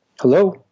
Hello